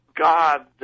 God